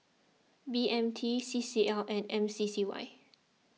B M T C C L and M C C Y